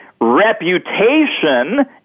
reputation